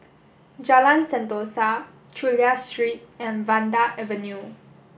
Jalan Sentosa Chulia Street and Vanda Avenue